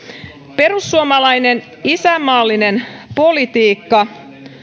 perussuomalainen isänmaallinen politiikka